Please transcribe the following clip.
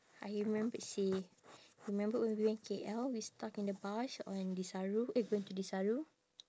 I remembered seh remembered when we went K_L we stuck in the bus on desaru eh going to desaru